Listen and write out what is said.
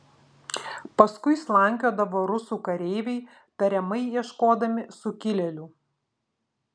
paskui slankiodavo rusų kareiviai tariamai ieškodami sukilėlių